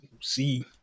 see